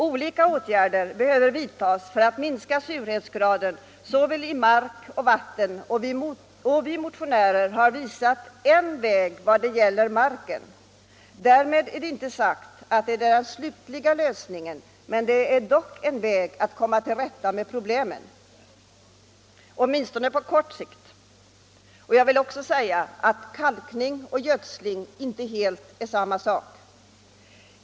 Olika åtgärder behöver vidtas för att minska surhetsgraden i såväl mark som vatten, och vi motionärer har visat en väg i vad gäller marken. Det är inte sagt att den leder till den slutliga lösningen, men det är dock en väg för att komma till rätta med problemen åtminstone på kort sikt. Jag vill också understryka att kalkning och gödsling inte helt är samma sak.